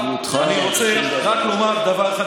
אני רוצה רק לומר דבר אחד,